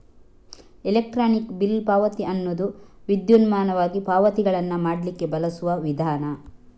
electronic bill ಪಾವತಿ ಅನ್ನುದು ವಿದ್ಯುನ್ಮಾನವಾಗಿ ಪಾವತಿಗಳನ್ನ ಮಾಡ್ಲಿಕ್ಕೆ ಬಳಸುವ ವಿಧಾನ